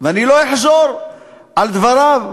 ואני לא אחזור על דבריו.